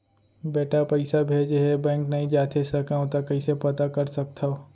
बेटा पइसा भेजे हे, बैंक नई जाथे सकंव त कइसे पता कर सकथव?